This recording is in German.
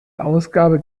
ausgabe